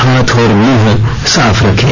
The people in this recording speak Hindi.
हाथ और मुंह साफ रखें